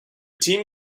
team